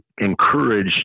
encourage